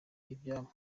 ibyabo